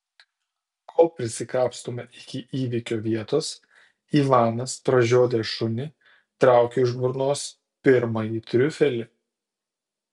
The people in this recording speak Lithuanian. kol prisikapstome iki įvykio vietos ivanas pražiodęs šunį traukia iš burnos pirmąjį triufelį